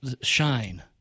shine